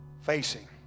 facing